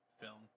film